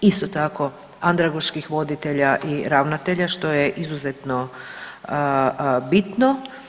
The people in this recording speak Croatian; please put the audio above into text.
Isto tako andragoških voditelja i ravnatelja što je izuzetno bitno.